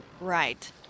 Right